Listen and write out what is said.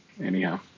anyhow